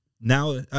now